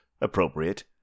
appropriate